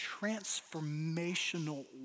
transformational